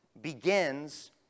begins